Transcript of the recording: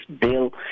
bill